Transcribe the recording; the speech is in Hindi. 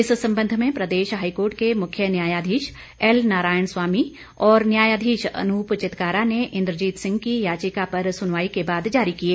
इस संबंध में प्रदेश हाईकोर्ट के मुख्य न्यायधीश एल नारायणन स्वामी और न्यायधीश अनूप चितकारा ने इन्द्रजीत सिंह की याचिका पर सुनवाई के बाद जारी किए